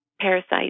parasites